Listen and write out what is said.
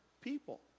people